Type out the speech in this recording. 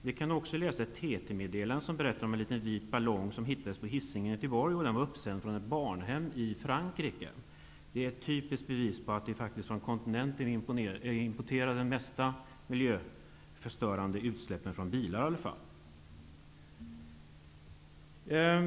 Vi har också kunnat läsa ett TT-meddelande som berättade om att en liten vit ballong som hittades på Hisingen i Göteborg hade uppsänts från ett barnhem i Frankrike. Det är ett typiskt belägg för hur vi från kontinenten kan få in sådant som där släpps ut, som t.ex. miljöförstörande utsläpp från bilar.